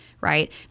right